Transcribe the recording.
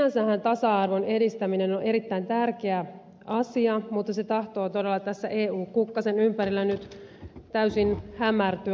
sinänsähän tasa arvon edistäminen on erittäin tärkeä asia mutta se tahtoo todella tässä eu kukkasen ympärillä nyt täysin hämärtyä